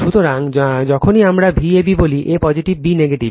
সুতরাং যখনই আমরা Vab বলি a পজিটিভ b নেগেটিভ